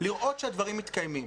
לראות שהדברים מתקיימים.